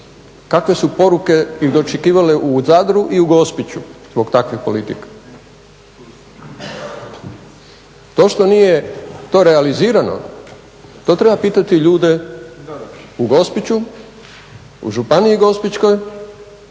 Kakve su ih poruke dočekivale i u Zadru i u Gospiću zbog takvih politika. To što nije to realizirano, to treba pitati ljude u Gospiću, u županiji Gospićkoj